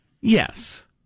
Yes